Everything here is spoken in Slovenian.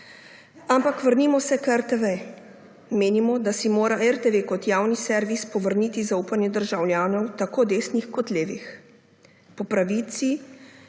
Ampak vrnimo se k RTV. Menimo, da si mora RTV kot javni servis povrniti zaupanje državljanov, tako desnih kot levih. Pri pravici